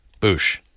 boosh